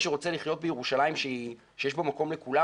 שרוצה לחיות בירושלים שיש בה מקום לכולם,